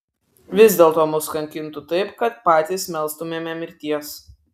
vis dėlto mus kankintų taip kad patys melstumėme mirties